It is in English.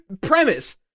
premise